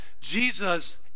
Jesus